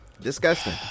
Disgusting